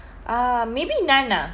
uh maybe none ah